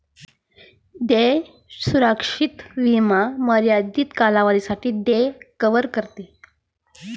देय सुरक्षा विमा मर्यादित कालावधीसाठी देय कव्हर करते